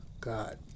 God